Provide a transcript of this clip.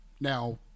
now